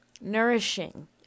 nourishing